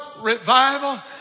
revival